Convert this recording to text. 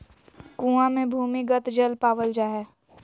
कुआँ मे भूमिगत जल पावल जा हय